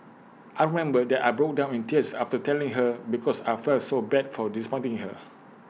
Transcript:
I remember that I broke down in tears after telling her because I felt so bad for disappointing her